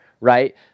right